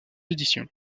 éditions